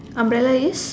umbrella is